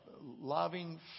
loving